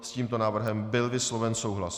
S tímto návrhem byl vysloven souhlas.